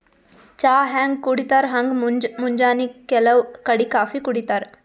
ಚಾ ಹ್ಯಾಂಗ್ ಕುಡಿತರ್ ಹಂಗ್ ಮುಂಜ್ ಮುಂಜಾನಿ ಕೆಲವ್ ಕಡಿ ಕಾಫೀ ಕುಡಿತಾರ್